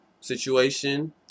situation